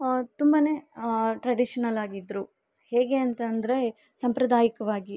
ತುಂಬಾ ಟ್ರೆಡಿಷ್ನಲ್ ಆಗಿದ್ರು ಹೇಗೆ ಅಂತಂದರೆ ಸಂಪ್ರದಾಯಿಕವಾಗಿ